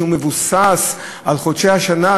שמבוסס על חודשי השנה,